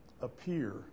appear